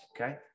Okay